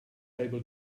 able